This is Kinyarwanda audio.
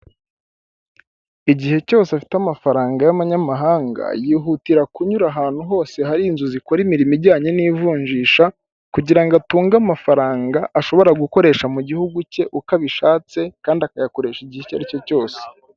Igihe cyose afite amafaranga y'abanyamahanga yihutira kunyura ahantu hose hari inzu zikora imirimo ijyanye n'ivunjisha kugira ngo atunge amafaranga ashobora gukoresha mu gihugu cye uko abishatse kandi akayakoresha igihe icyo aricyo cyose.